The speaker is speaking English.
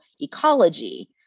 ecology